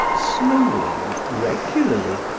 slowly, and regularly,